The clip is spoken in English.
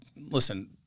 listen